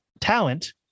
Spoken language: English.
talent